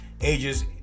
ages